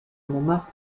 montmartre